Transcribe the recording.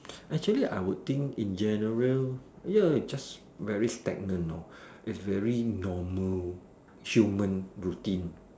actually I would think in general ya it's just very stagnant lor it's very normal human routine